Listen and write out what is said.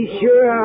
sure